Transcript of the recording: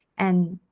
and